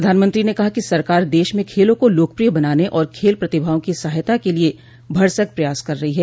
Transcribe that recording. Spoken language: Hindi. प्रधानमंत्री ने कहा कि सरकार देश में खेलों को लोकप्रिय बनाने और खेल प्रतिभाओं की सहायता के लिए भरसक प्रयास कर रहो है